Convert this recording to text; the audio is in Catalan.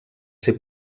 ser